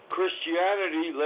Christianity